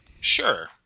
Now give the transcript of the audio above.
Sure